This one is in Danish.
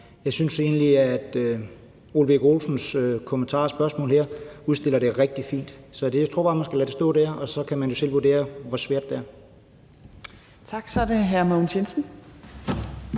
Jeg synes egentlig, at Ole Birk Olesens kommentarer og spørgsmål her udstiller det rigtig fint. Så jeg tror bare, man skal lade det stå der, og så kan man jo selv vurdere, hvor svært det er. Kl. 11:12 Fjerde næstformand (Trine